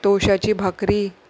तोशाची भाकरी